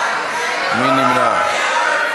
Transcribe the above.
מי נמנע?